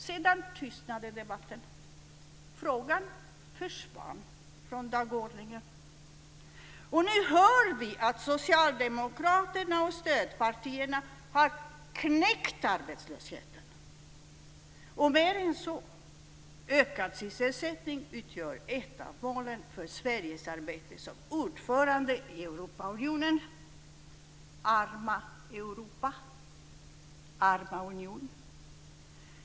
Sedan tystnade debatten. Frågan försvann från dagordningen. Nu hör vi att Socialdemokraterna och stödpartierna har knäckt arbetslösheten. Och mer än så: Ökad sysselsättning utgör ett av målen för Sveriges arbete som ordförande i Europaunionen. Arma Europa! Arma union!